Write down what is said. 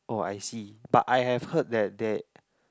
oh I see but I have heard that that